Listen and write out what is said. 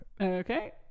Okay